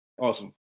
awesome